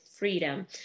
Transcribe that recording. freedom